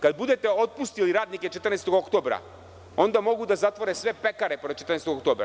Kada budete otpustili radnike „14. oktobra“, onda mogu da zatvore sve pekare pored „14. oktobra“